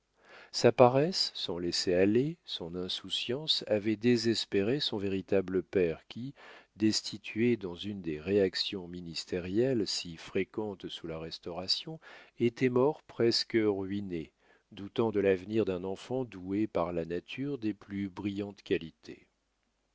sa paresse son laisser-aller son insouciance avaient désespéré son véritable père qui destitué dans une des réactions ministérielles si fréquentes sous la restauration était mort presque ruiné doutant de l'avenir d'un enfant doué par la nature des plus brillantes qualités